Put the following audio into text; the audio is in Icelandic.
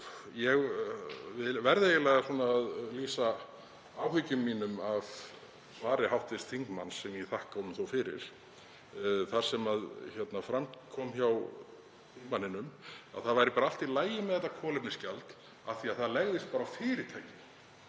Ég verð eiginlega að lýsa áhyggjum mínum af svari hv. þingmanns, sem ég þakka honum þó fyrir, þar sem fram kom hjá honum að það væri bara allt í lagi með þetta kolefnisgjald af því að það legðist bara á fyrirtæki.